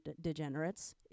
degenerates